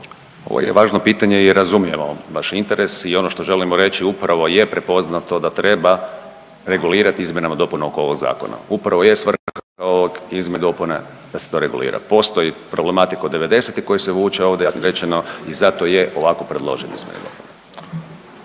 Ovo je važno pitanje i razumijemo vaš interes i ono što želimo reći upravo je prepoznato da treba regulirati izmjenama i dopunama ovog zakona. Upravo je svrha ovog izmjene i dopune da se to regulira. Postoji problematika od '90. koja se vuče ovdje, jasno izrečeno i zato je ovako predloženo …/Govornik